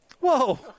Whoa